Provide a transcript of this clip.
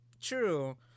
True